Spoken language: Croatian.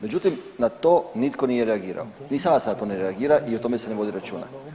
Međutim, na to nitko nije reagirao, ni sada na to ne reagira i o tome se ne vodi računa.